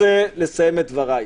אני רוצה לסיים את דבריי.